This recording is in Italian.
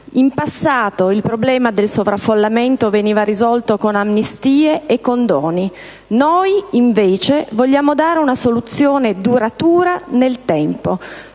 In passato il problema del sovraffollamento veniva risolto con amnistie e condoni, noi invece vogliamo dare una soluzione duratura nel tempo.